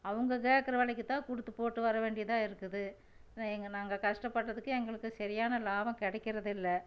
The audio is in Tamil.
அவங்க கேக்கிற விலைக்குதான் கொடுத்துப்போட்டு வர வேண்டியதாக இருக்குது எங்கள் நாங்கள் கஷ்டப்படுறதுக்கு எங்களுக்கு சரியான லாபம் கிடைக்கிறது இல்லை